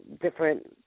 different